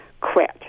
quit